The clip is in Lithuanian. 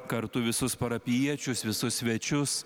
kartu visus parapijiečius visus svečius